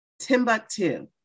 Timbuktu